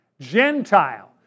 Gentile